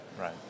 right